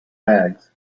bags